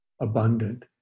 abundant